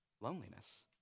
loneliness